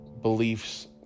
beliefs